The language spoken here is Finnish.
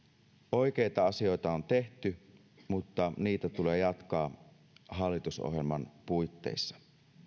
oikeita asioita on tehty mutta niitä tulee jatkaa hallitusohjelman puitteissa